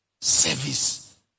Service